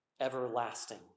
everlasting